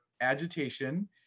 agitation